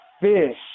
fish